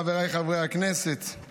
חבריי חברי הכנסת,